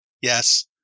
Yes